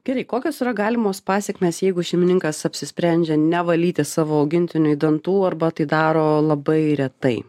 gerai kokios yra galimos pasekmės jeigu šeimininkas apsisprendžia nevalyti savo augintiniui dantų arba tai daro labai retai